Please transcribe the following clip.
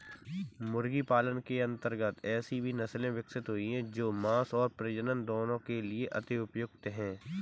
मुर्गी पालन के अंतर्गत ऐसी भी नसले विकसित हुई हैं जो मांस और प्रजनन दोनों के लिए अति उपयुक्त हैं